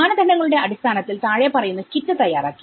മാനദണ്ഡങ്ങളുടെ അടിസ്ഥാനത്തിൽ താഴെപ്പറയുന്ന കിറ്റ് തയ്യാറാക്കി